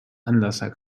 anlasser